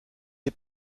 est